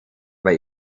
bei